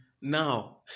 Now